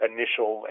Initial